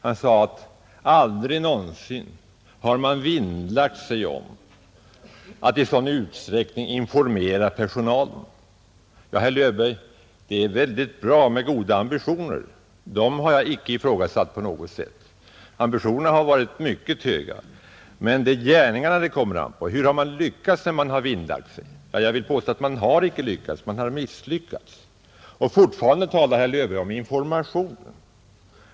Han sade att ”man aldrig tidigare från statsmakternas sida vinnlagt sig om att informera personalen på ett så grundligt och omfattande sätt som man har gjort i detta fall”. Det är bra med goda ambitioner, herr Löfberg. Dem har jag icke ifrågasatt på något sätt, ty de har varit höga. Men det är gärningarna det kommer an på, hur man lyckats med det man vinnlagt sig om. Jag vill Nr 101 påstå att man icke har lyckats utan att man har misslyckats. Men Tisdagen den fortfarande talar herr Löfberg om information.